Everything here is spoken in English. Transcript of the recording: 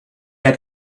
had